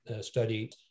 study